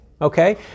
Okay